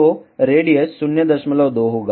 तो रेडियस 02 होगा